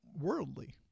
worldly